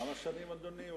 כמה שנים, אדוני?